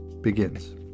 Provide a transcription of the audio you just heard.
begins